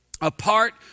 apart